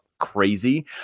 crazy